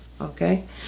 Okay